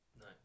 No